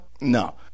No